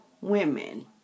women